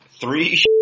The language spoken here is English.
three